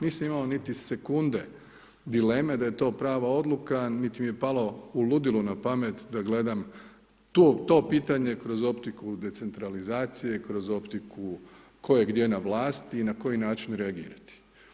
Nisam imao niti sekunde dileme da je to prava odluka, niti mi je palo u ludilu na pamet da gledam to pitanje kroz optiku decentralizacije, kroz optiku tko je gdje na vlasti i na koji način reagirati.